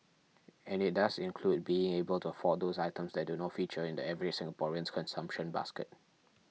and it does include being able to afford those items that do not feature in the average Singaporean's consumption basket